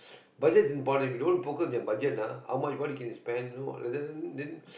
budget is important if you don't focus your budget ah how much what you can spend then then